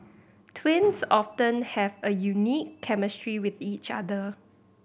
twins often have a unique chemistry with each other